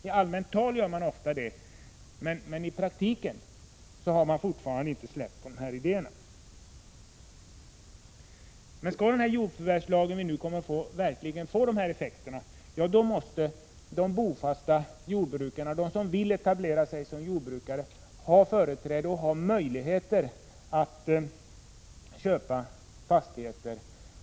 I allmänt tal gör de ofta det, men i praktiken har de fortfarande dessa idéer. Om den kommande jordförvärvslagen verkligen skall få dessa effekter måste de bofasta jordbrukarna, de som vill etablera sig som jordbrukare, få företräde och ha möjligheter att köpa fastigheter.